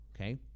Okay